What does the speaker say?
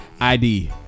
ID